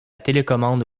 télécommande